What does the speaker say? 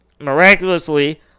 Miraculously